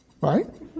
Right